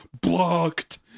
blocked